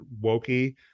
wokey